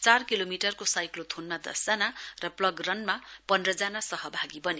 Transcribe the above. चार किलोमिटरको साइक्लोथोनमा दशजना र प्लोग रनमा पन्ध जना सहभागी बने